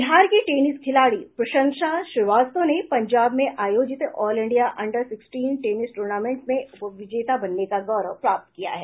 बिहार की टेनिस खिलाड़ी प्रशंसा श्रीवास्तव ने पंजाब में आयोजित all India under sixteen tennis tournament में उपविजेता बनने का गौरव प्राप्त किया है